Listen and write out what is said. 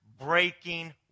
Breaking